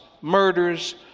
murders